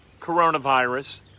coronavirus